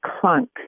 clunk